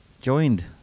joined